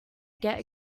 get